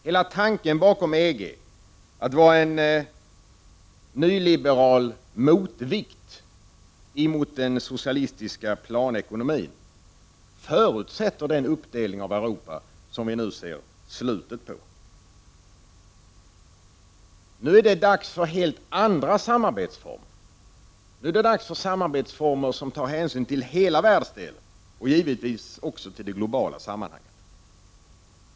Hela tanken bakom EG, att vara en nyliberal motvikt mot den socialistiska planekonomin, förutsätter den delning av Europa som vi nu ser slutet på. Nu är det dags för helt andra samarbetsformer. Nu är det dags för samarbete som tar hänsyn till hela världsdelen, givetvis också till det globala sammanhanget.